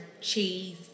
cheese